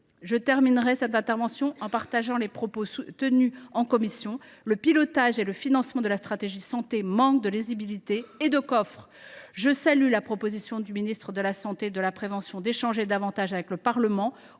Je terminerai cette intervention en reprenant les propos que j’ai tenus en commission : le pilotage et le financement de la stratégie de santé manquent de lisibilité et de coffre. Je salue cependant la proposition du ministre de la santé et de la prévention d’échanger davantage avec le Parlement